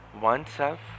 oneself